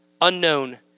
unknown